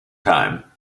time